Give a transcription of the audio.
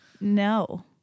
no